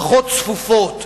פחות צפופות.